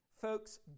Folks